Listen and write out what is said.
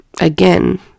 again